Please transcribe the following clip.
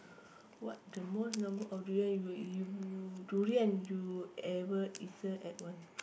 what the most number of durian you ev~ durian you ever eaten at one go